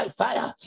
fire